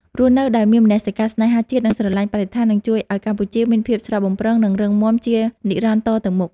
រស់នៅដោយមានមនសិការស្នេហាជាតិនិងស្រឡាញ់បរិស្ថាននឹងជួយឱ្យកម្ពុជាមានភាពស្រស់បំព្រង និង រឹងមាំជានិរន្តរ៍តទៅមុខ។